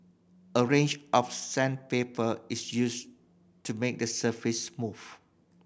a range of sandpaper is used to make the surface smooth